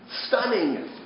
stunning